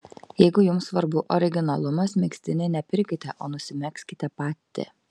jeigu jums svarbu originalumas megztinį ne pirkite o nusimegzkite pati